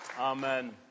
Amen